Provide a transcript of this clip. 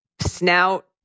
snout